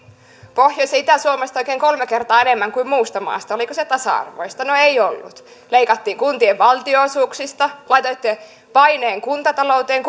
pohjois ja itä suomesta oikein kolme kertaa enemmän kuin muusta maasta oliko se tasa arvoista no ei ollut leikattiin kuntien valtionosuuksista laitoitte paineen kuntatalouteen